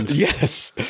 Yes